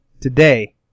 today